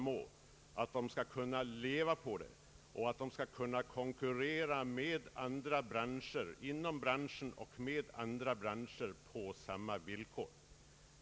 De har hoppats att kunna leva på yrket och få möjligheter att konkurrera med företag inom branschen och med företag inom andra branscher på lika villkor.